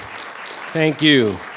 thank you.